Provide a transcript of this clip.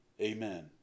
Amen